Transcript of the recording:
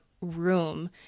room